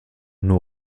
nur